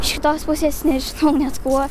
iš kitos pusės nežinau net kuo